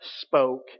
spoke